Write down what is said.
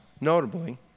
notably